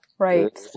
Right